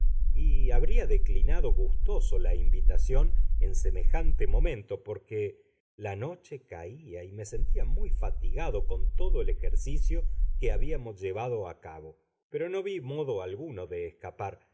y habría declinado gustoso la invitación en semejante momento porque la noche caía y me sentía muy fatigado con todo el ejercicio que habíamos llevado a cabo pero no vi modo alguno de escapar